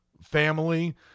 family